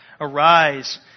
arise